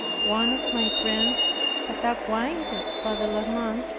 one of my friends had acquainted father la mothe,